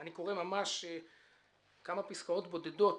אני קורא ממה כמה פסקאות בודדות